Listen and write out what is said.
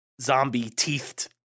zombie-teethed